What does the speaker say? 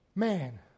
man